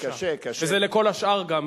וזה לכל השאר גם,